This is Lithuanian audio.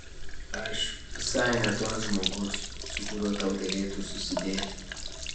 aš visai ne tas žmogus su kuriuo tau derėtų susidėti